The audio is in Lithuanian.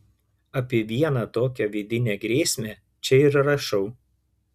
apie vieną tokią vidinę grėsmę čia ir rašau